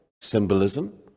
symbolism